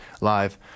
live